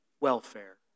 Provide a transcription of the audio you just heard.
welfare